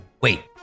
Wait